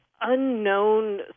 unknown